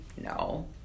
No